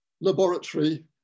laboratory